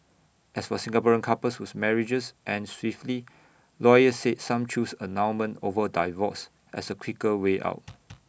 as for Singaporean couples whose marriages end swiftly lawyers said some choose annulment over divorce as A quicker way out